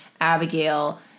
Abigail